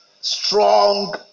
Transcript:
strong